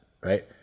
right